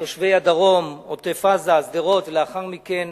תושבי הדרום, עוטף-עזה, שדרות ולאחר מכן